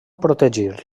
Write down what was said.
protegir